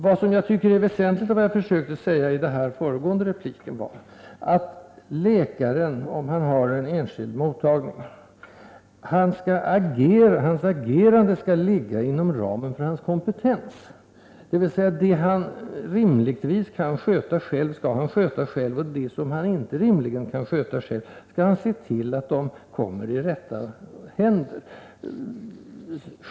Vad som enligt min mening är väsentligt när det gäller läkare med privat mottagning, och som jag försökte peka på i min föregående replik, är att läkarens agerande skall ligga inom ramen för hans kompetens, dvs. att han skall ta hand om det han rimligtvis kan sköta själv och se till att det han inte rimligen kan sköta själv kommer i rätta händer.